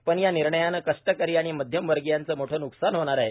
पण या निर्णयाने कष्टकरी आणि मध्यमवर्गीयांचे मोठे न्कसान होणार आहे